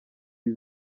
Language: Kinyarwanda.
ibi